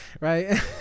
right